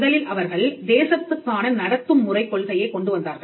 முதலில் அவர்கள் தேசத்துக்கான நடத்தும் முறை கொள்கையை கொண்டு வந்தார்கள்